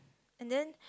and then